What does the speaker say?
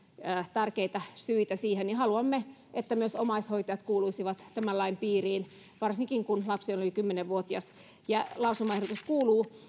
tärkeitä syitä siihen on haluamme että myös omaishoitajat kuuluisivat tämän lain piiriin varsinkin kun lapsi on yli kymmenen vuotias lausumaehdotus kuuluu